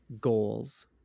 goals